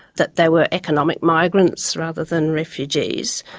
that they were economic migrants rather than refugees,